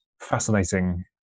fascinating